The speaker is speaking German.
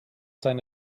sein